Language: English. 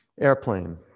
airplane